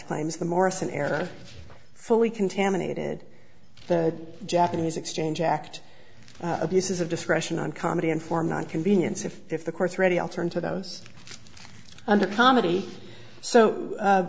claims the morrison era fully contaminated the japanese exchange act abuses of discretion on comedy and form not convenience if if the court's ready i'll turn to those under comedy so